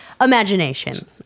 imagination